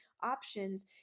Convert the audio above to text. options